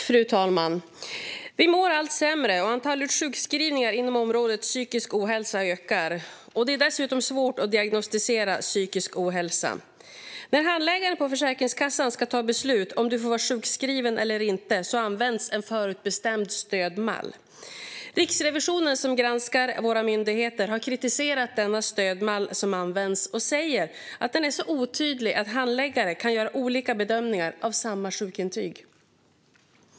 Fru talman! Vi mår allt sämre, och antalet sjukskrivningar på grund av psykisk ohälsa ökar. Det är dessutom svårt att diagnostisera psykisk ohälsa. När handläggare på Försäkringskassan ska ta beslut om man får vara sjukskriven eller inte används en förutbestämd stödmall. Riksrevisionen, som granskar våra myndigheter, har kritiserat denna stödmall. De säger att den är så otydlig att handläggare kan göra olika bedömningar av samma sjukintyg.